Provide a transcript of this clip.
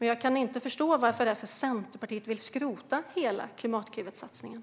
Jag kan inte förstå varför Centerpartiet vill skrota hela satsningen på Klimatklivet.